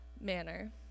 manner